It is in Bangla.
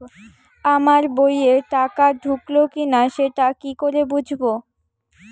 আমার বইয়ে টাকা ঢুকলো কি না সেটা কি করে বুঝবো?